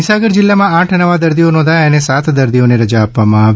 મહીસાગર જીલ્લામાં આઠ નવા દર્દીઓ નોધાયા અને સાત દર્દીઓને રજા આપવામાં આવી